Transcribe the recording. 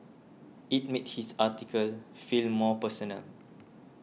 it made his article feel more personal